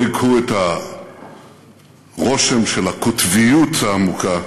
לא הקהו את הרושם של הקוטביות העמוקה